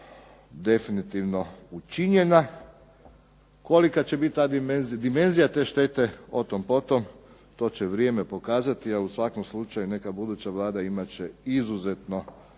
učinjena. Kolika će biti dimenzija te štete? O tom po tom, to će vrijeme pokazati a u svakom slučaju neka buduća vlada će imati izuzetno